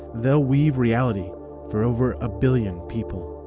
they'll weave reality for over a billion people.